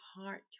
heart